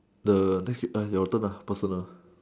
the next week err your turn nah personal